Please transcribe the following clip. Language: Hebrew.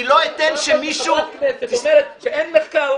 אני לא אתן שמישהו --- לא יכול להיות שחברת כנסת אומרת שאין מחקר,